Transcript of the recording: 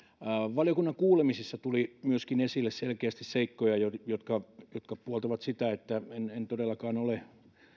valiokunnan kuulemisissa tuli myöskin esille selkeästi seikkoja jotka jotka puoltavat sitä että en en todellakaan ole